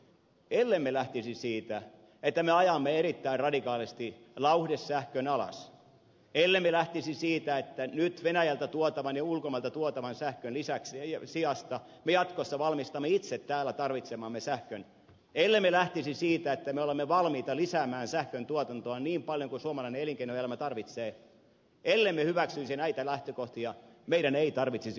ellemme lähtisi siitä että me ajamme erittäin radikaalisti lauhdesähkön alas ellemme lähtisi siitä että nyt venäjältä tuotavan ja ulkomailta tuotavan sähkön sijasta me jatkossa valmistamme itse täällä tarvitsemamme sähkön ellemme lähtisi siitä että me olemme valmiita lisäämään sähköntuotantoa niin paljon kuin suomalainen elinkeinoelämä tarvitsee ellemme hyväksyisi näitä lähtökohtia meidän ei tarvitsisi ydinvoimaa lisää rakentaa